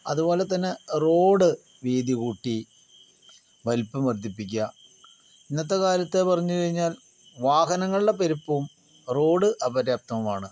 അതുപോലെത്തന്നെ റോഡ് വീതി കൂട്ടി വലുപ്പം വർദ്ധിപ്പിക്കുക ഇന്നത്തെ കാലത്തെ പറഞ്ഞ് കഴിഞ്ഞാൽ വാഹനങ്ങളുടെ പെരുപ്പുവും റോഡ് അപര്യാപ്തവുമാണ്